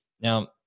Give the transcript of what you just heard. Now